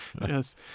Yes